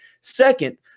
Second